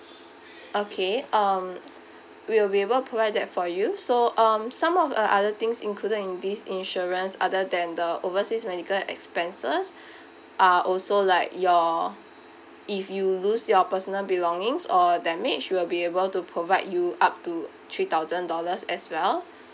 okay um we will be able provide that for you so um some of the other things included in this insurance other than the overseas medical expenses are also like your if you lose your personal belongings or damage we'll be able to provide you up to three thousand dollars as well